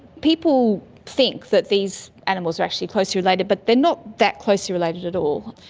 people think that these animals are actually closely related but they are not that closely related at all.